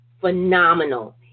phenomenal